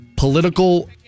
political